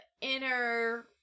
inner